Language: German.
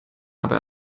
aber